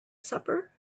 supper